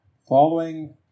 following